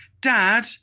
Dad